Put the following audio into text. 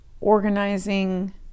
organizing